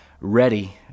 ready